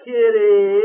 Kitty